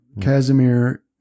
casimir